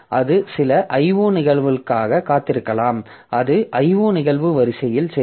அது சில IO நிகழ்வுக்காக காத்திருந்தால் அது IO நிகழ்வு வரிசையில் சேரும்